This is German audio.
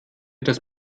das